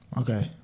okay